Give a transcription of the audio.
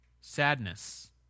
sadness